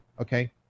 Okay